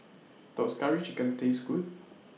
Does Curry Chicken Taste Good